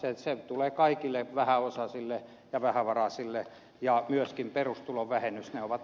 se tulee kaikille vähäosaisille ja vähävaraisille ja myöskin pe rustulon vähennys